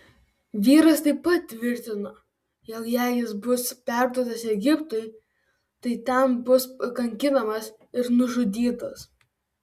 vyras taip pat tvirtino jog jei jis bus perduotas egiptui tai ten bus kankinamas ir nužudytas